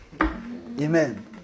Amen